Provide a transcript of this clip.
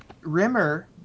Rimmer